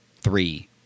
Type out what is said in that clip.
three